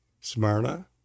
Smyrna